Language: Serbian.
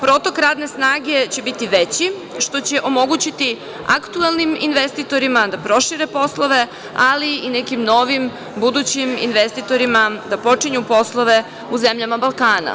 Protok radne snage će biti veći što će omogućiti aktuelnim investitorima da prošire poslove ali i nekim novim, budućim investitorima da počinju poslove u zemljama Balkana.